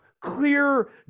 clear